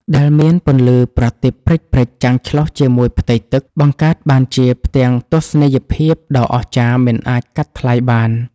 ដែលមានពន្លឺប្រទីបព្រិចៗចាំងឆ្លុះជាមួយផ្ទៃទឹក បង្កើតបានជាផ្ទាំងទស្សនីយភាពដ៏អស្ចារ្យមិនអាចកាត់ថ្លៃបាន។